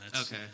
Okay